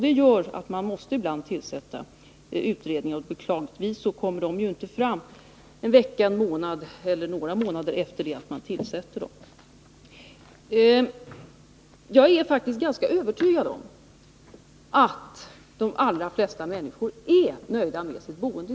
Detta gör att man ibland måste tillsätta utredningar. Beklagligtvis kommer deras förslag inte fram några veckor eller månader efter att de tillsatts. Jag är faktiskt ganska övertygad om att de allra flesta människor i Sverige är nöjda med sitt boende.